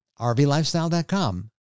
rvlifestyle.com